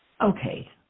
Okay